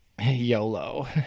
YOLO